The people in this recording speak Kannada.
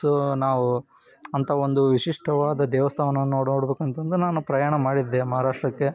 ಸೊ ನಾವು ಅಂಥ ಒಂದು ವಿಶಿಷ್ಟವಾದ ದೇವಸ್ಥಾನವನ್ನು ನೋಡಿ ನೋಡಬೇಕಂತಂದು ನಾನು ಪ್ರಯಾಣ ಮಾಡಿದ್ದೆ ಮಹಾರಾಷ್ಟ್ರಕ್ಕೆ